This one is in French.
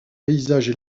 paysages